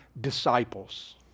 disciples